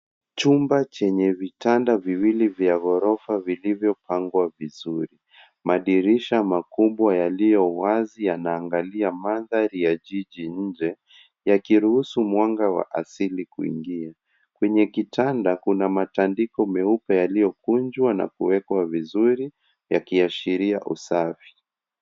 Chumba chenye vitanda viwili vya ghorofa vilivyopangwa vizuri. Madirisha makubwa yaliyo wazi yanaangalia mandhari ya jiji nje yakiruhusu mwanga wa asili iingie. Kwenye kitanda kuna matandiko meupe yaliyokunjwa na kuwekwa vizuri yakiashiria usafi.